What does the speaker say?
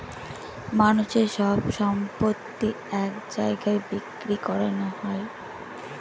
মানুষের সব সম্পত্তি এক জায়গায় বিক্রি করানো হবে